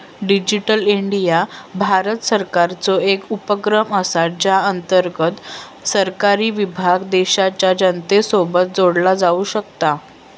digital India Bharat सरकारचो एक उपक्रम असा ज्या अंतर्गत सरकारी विभाग देशाच्या जनतेसोबत जोडला जाऊ शकता